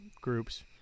groups